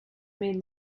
made